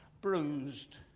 Bruised